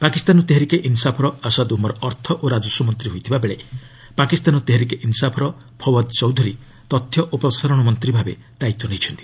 ପାକିସ୍ତାନ ତେହେରିକେ ଇନ୍ସାଫ୍ର ଆସାଦ୍ ଉମର୍ ଅର୍ଥ ଓ ରାଜସ୍ପ ମନ୍ତ୍ରୀ ହୋଇଥିବା ବେଳେ ପାକିସ୍ତାନ ତେହେରିକେ ଇନ୍ସାଫ୍ର ଫୱାଦ୍ ଚୌଧୁରୀ ତଥ୍ୟ ଓ ପ୍ରସାରଣ ମନ୍ତ୍ରୀ ଭାବେ ଦାୟିତ୍ୱ ନେଇଛନ୍ତି